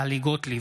טלי גוטליב,